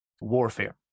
warfare